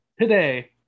today